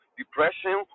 Depression